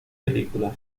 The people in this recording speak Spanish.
películas